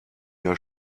der